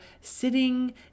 sitting